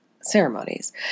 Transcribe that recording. ceremonies